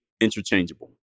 interchangeable